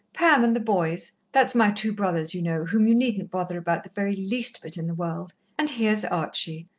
pam and the boys that's my two brothers, you know, whom you needn't bother about the very least bit in the world, and here's archie,